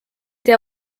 tea